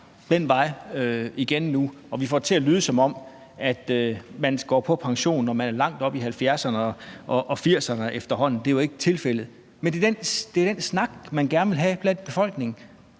den vej igen nu. Og man får det til at lyde, som om man efterhånden går på pension, når man er langt op i 70'erne og 80'erne. Det er jo ikke tilfældet, men det er den snak, man gerne vil have i befolkningen